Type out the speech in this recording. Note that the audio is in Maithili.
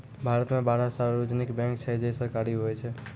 भारत मे बारह सार्वजानिक बैंक छै जे सरकारी हुवै छै